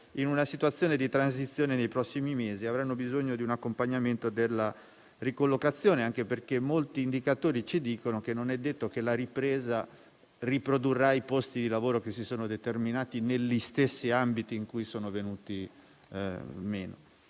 in una situazione di transizione nei prossimi mesi e avranno bisogno di un accompagnamento della ricollocazione; ciò anche perché molti indicatori ci dicono che non è detto che la ripresa riprodurrà i posti di lavoro che si sono determinati negli stessi ambiti in cui sono venuti meno.